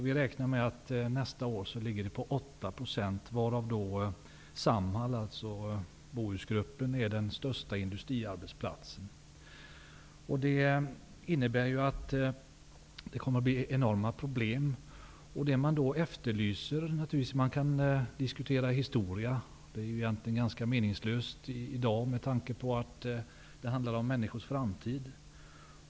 Vi räknar med att andelen nästa år ligger på 8 %, och då är Samhall, Det innebär att det kommer att bli enorma problem. Vi kan diskutera historien, men det är ganska meningslöst i dag. Det handlar ju om människors framtid.